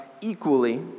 equally